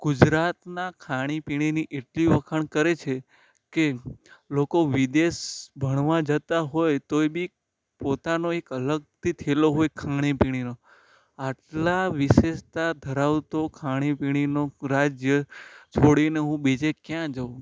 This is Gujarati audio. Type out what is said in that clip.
ગુજરાતનાં ખાણીપીણીની એટલી વખાણ કરે છે કે લોકો વિદેશ ભણવા જતા હોય તોય બી પોતાનો એક અલગથી થેલો હોય ખાણીપીણીનો આટલા વિશેષતા ધરાવતો ખાણીપીણીનો રાજ્ય છોડીને હું બીજે ક્યાં જાઉં